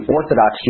Orthodox